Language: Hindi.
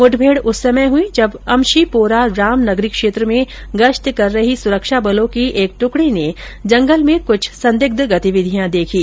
मुठभेड़ उस समय हुई जब अमशीपोरा रामनगरी क्षेत्र में गश्त कर रही सुरक्षा बलों की एक ट्कड़ी ने जंगल में कुछ संदिग्ध गतिविधियां देखीं